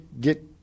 get